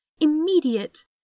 immediate